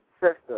sister